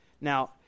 Now